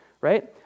right